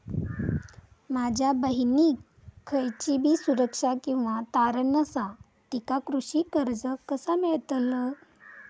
माझ्या बहिणीक खयचीबी सुरक्षा किंवा तारण नसा तिका कृषी कर्ज कसा मेळतल?